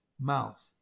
mouse